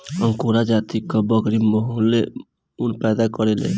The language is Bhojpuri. अंगोरा जाति कअ बकरी मोहेर ऊन पैदा करेले